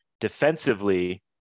defensively